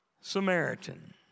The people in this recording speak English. Samaritan